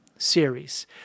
series